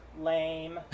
Lame